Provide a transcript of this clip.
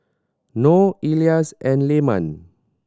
Nor Elyas and Leman